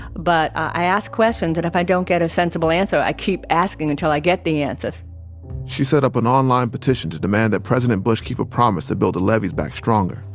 but i ask questions, and if i don't get a sensible answer, i keep asking until i get the answer she set up an online petition to demand that president bush keep a promise to build the levees back stronger.